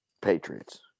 Patriots